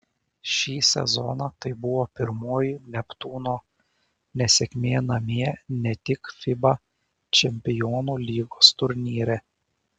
šį sezoną tai buvo pirmoji neptūno nesėkmė namie ne tik fiba čempionų lygos turnyre